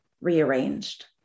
rearranged